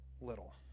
little